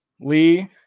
Lee